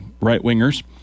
right-wingers